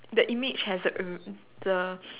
the image has a ugh the